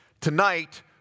Tonight